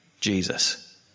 Jesus